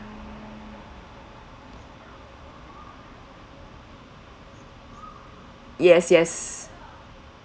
yes yes